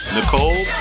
Nicole